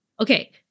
Okay